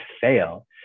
fail